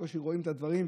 ובקושי רואים את הדברים.